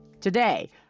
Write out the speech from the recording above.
Today